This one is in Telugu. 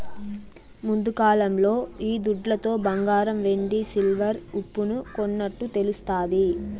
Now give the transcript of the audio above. ముందుకాలంలో ఈ దుడ్లతో బంగారం వెండి సిల్వర్ ఉప్పును కొన్నట్టు తెలుస్తాది